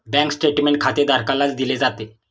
bank statement खातेधारकालाच दिले जाते